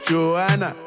Joanna